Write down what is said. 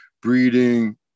breeding